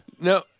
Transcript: No